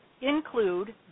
include